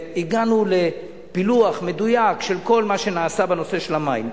והגענו לפילוח מדויק של כל מה שנעשה בנושא של המים.